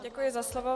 Děkuji za slovo.